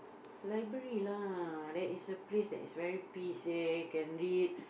library lah that is the place that is very peace eh you can read